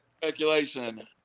speculation